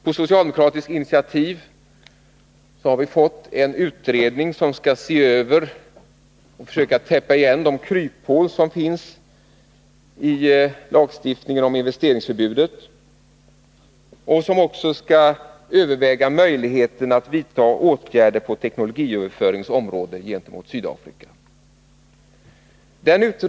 På socialdemokratiskt initiativ har vi fått till stånd en utredning, som bl.a. skall försöka täppa till de kryphål som finns i lagstiftningen om investeringsförbud i Sydafrika och överväga möjligheten att vidta åtgärder på teknologiöverföringens område gentemot Sydafrika.